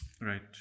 Right